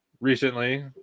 recently